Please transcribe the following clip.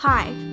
Hi